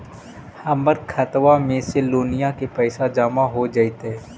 हमर खातबा में से लोनिया के पैसा जामा हो जैतय?